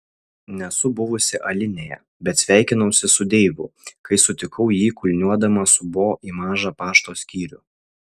nesu buvusi alinėje bet sveikinausi su deivu kai sutikau jį kulniuodama su bo į mažą pašto skyrių